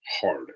hard